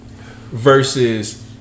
Versus